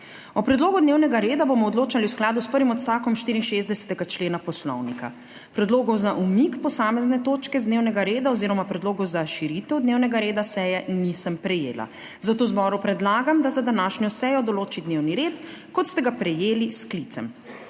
O predlogu dnevnega reda bomo odločali v skladu s prvim odstavkom 64. člena Poslovnika. Predlogov za umik posamezne točke z dnevnega reda oziroma predlogov za širitev dnevnega reda seje nisem prejela, zato zboru predlagam, da za današnjo sejo določi dnevni red, kot ste ga prejeli s sklicem.